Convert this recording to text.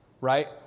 right